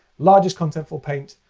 largest contentful paint,